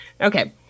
Okay